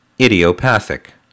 Idiopathic